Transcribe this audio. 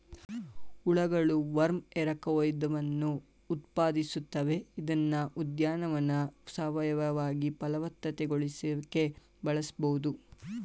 ಹುಳಗಳು ವರ್ಮ್ ಎರಕಹೊಯ್ದವನ್ನು ಉತ್ಪಾದಿಸುತ್ವೆ ಇದ್ನ ಉದ್ಯಾನವನ್ನ ಸಾವಯವವಾಗಿ ಫಲವತ್ತತೆಗೊಳಿಸಿಕೆ ಬಳಸ್ಬೋದು